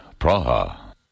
Praha